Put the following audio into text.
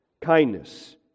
kindness